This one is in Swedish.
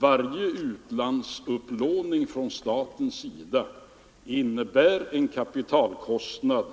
Varje utlandsupplåning från statens sida innebär såvitt jag förstår en kapitalkostnad